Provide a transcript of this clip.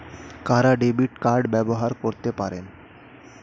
কারা debit card ব্যবহার করতে পারেন?